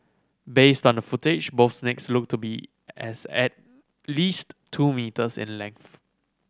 based on the footage both snakes looked to be as at least two metres in length